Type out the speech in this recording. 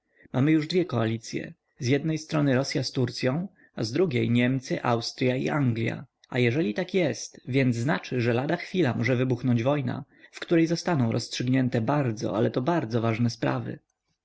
mamy już dwie koalicye z jednej strony rosya z turcyą z drugiej niemcy austrya i anglia a jeżeli tak jest więc znaczy że ladachwila może wybuchnąć wojna w której zostaną rozstrzygnięte bardzo ale to bardzo ważne sprawy